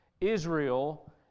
Israel